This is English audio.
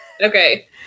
Okay